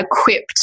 equipped